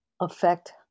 affect